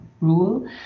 rule